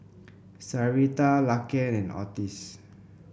Sarita Laken and Ottis